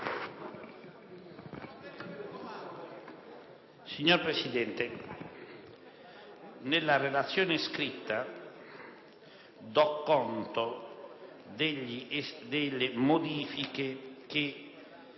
Signora Presidente, nella relazione scritta do conto delle modifiche che